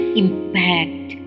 impact